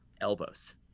elbows